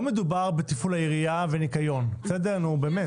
לא מדובר בתפעול העירייה וניקיון, נו באמת.